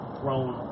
thrown